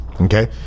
okay